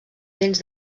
dents